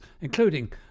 including